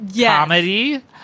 comedy